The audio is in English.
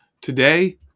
Today